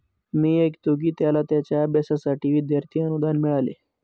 मी ऐकतो की त्याला त्याच्या अभ्यासासाठी विद्यार्थी अनुदान मिळाले